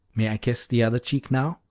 may i kiss the other cheek now?